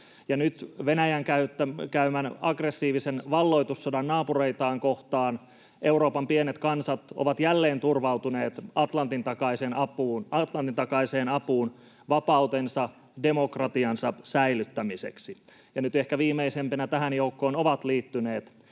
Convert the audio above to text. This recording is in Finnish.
kohtaan käymän aggressiivisen valloitussodan takia Euroopan pienet kansat ovat jälleen turvautuneet Atlantin takaiseen apuun vapautensa ja demokratiansa säilyttämiseksi, ja nyt ehkä viimeisimpinä tähän joukkoon ovat liittyneet